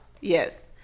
yes